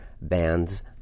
band's